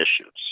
issues